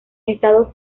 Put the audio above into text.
estados